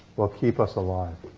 will keep us alive.